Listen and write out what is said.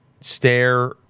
stare